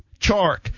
Chark